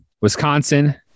Wisconsin